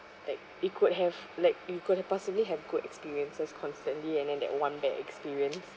like it could have like you could have possibly have good experiences constantly and then that one bad experience